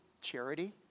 charity